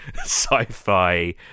sci-fi